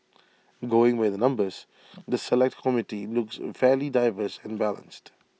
going by the numbers the Select Committee looks fairly diverse and balanced